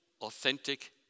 authentic